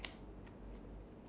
what would you say